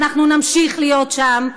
ואנחנו נמשיך להיות שם.